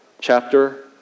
chapter